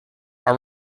are